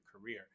career